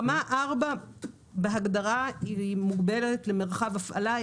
רמה 4 בהגדרה, מוגבלת למרחב הפעלה.